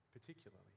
particularly